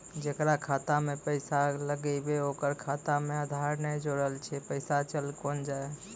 जेकरा खाता मैं पैसा लगेबे ओकर खाता मे आधार ने जोड़लऽ छै पैसा चल कोना जाए?